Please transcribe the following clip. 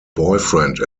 boyfriend